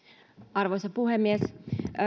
arvoisa puhemies